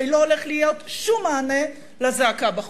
הרי לא הולך להיות שום מענה לזעקה בחוץ.